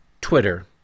Twitter